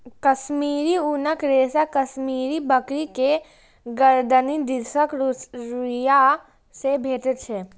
कश्मीरी ऊनक रेशा कश्मीरी बकरी के गरदनि दिसक रुइयां से भेटै छै